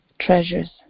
treasures